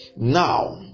Now